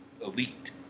elite